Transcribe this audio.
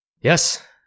yes